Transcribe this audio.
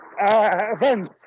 events